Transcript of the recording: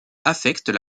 affectent